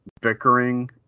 bickering